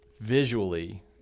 visually